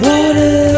Water